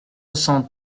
cent